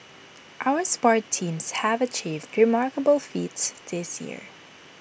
our sports teams have achieved remarkable feats this year